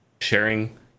sharing